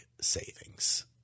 savings